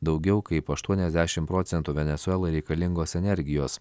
daugiau kaip aštuoniasdešimt procentų venesuelai reikalingos energijos